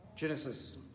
Genesis